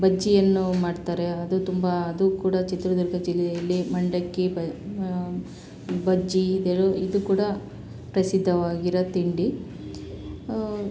ಬಜ್ಜಿಯನ್ನು ಮಾಡ್ತಾರೆ ಅದು ತುಂಬ ಅದು ಕೂಡ ಚಿತ್ರದುರ್ಗ ಜಿಲ್ಲೆಯಲ್ಲಿ ಮಂಡಕ್ಕಿ ಬಜ್ಜಿ ಇದೆ ಇದೂ ಕೂಡ ಪ್ರಸಿದ್ಧವಾಗಿರೋ ತಿಂಡಿ